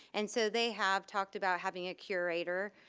and so they have talked about having a curator,